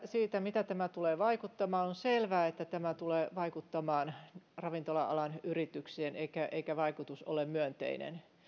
siitä miten tämä tulee vaikuttamaan on selvää että tämä tulee vaikuttamaan ravintola alan yrityksiin eikä vaikutus ole myönteinen